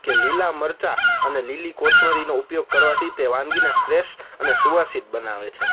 કે લીલા મરચા અને લીલી કોથમરીનો ઉપયોગ કરવાથી તે વાનગીને ફ્રેશ અને સુવાસીત બનાવે છે